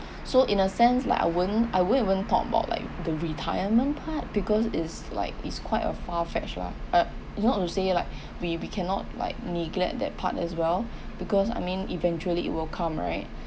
so in a sense like I won't I won't even talk about like the retirement part because is like is quite a far fetch lah uh not to say like we we cannot like neglect that part as well because I mean eventually it will come right